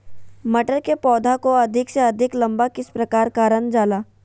मटर के पौधा को अधिक से अधिक लंबा किस प्रकार कारण जाला?